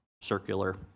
circular